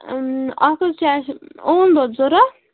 اَکھ حظ چھِ اَسہٕ اوم دۄد ضوٚرَتھ